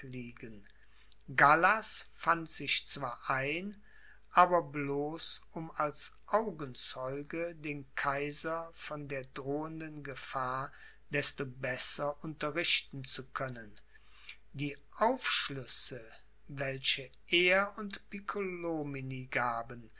gallas fand sich zwar ein aber bloß um als augenzeuge den kaiser von der drohenden gefahr desto besser unterrichten zu können die aufschlüsse welche er und